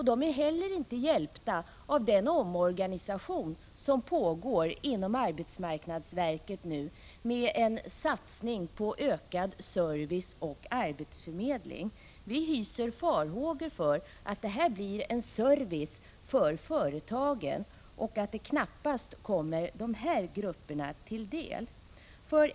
De är heller inte hjälpta av den omorganisation inom arbetsmarknadsverket som nu pågår med en satsning på ökad service och arbetsförmedling. Vi hyser farhågor för att det här blir en service för företagen och att det knappast kommer dessa grupper till del.